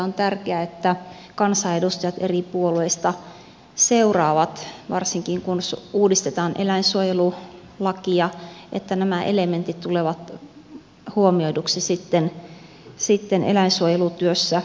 on tärkeää että kansanedustajat eri puolueista seuraavat varsinkin kun uudistetaan eläinsuojelulakia että nämä elementit tulevat huomioiduksi sitten eläinsuojelutyössä myöhemminkin